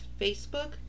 facebook